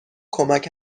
کمک